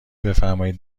بفرمائید